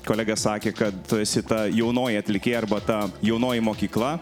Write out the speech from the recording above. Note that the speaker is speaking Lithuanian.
kolega sakė kad tu esi ta jaunoji atlikėja arba ta jaunoji mokykla